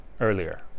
earlier